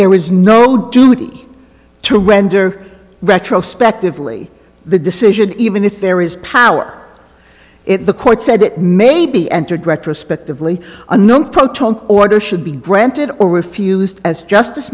there was no duty to render retrospectively the decision even if there is power if the court said it may be entered retrospectively a no proton order should be granted or refused as justice